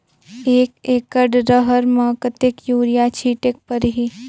एक एकड रहर म कतेक युरिया छीटेक परही?